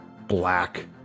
black